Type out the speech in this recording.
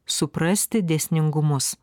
suprasti dėsningumus